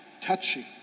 touching